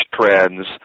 trends